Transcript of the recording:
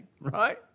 right